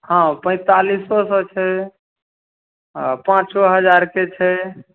हँ पैंतालिसो सओ छै आओर पाँचो हजारके छै